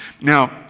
Now